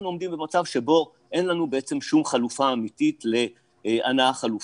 עומדים במצב שבו אין לנו שום חלופה אמיתית להנעה חלופית.